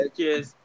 Cheers